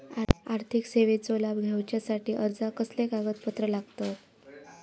आर्थिक सेवेचो लाभ घेवच्यासाठी अर्जाक कसले कागदपत्र लागतत?